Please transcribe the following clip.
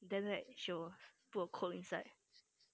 then like she will put a quote inside